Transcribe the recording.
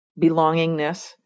belongingness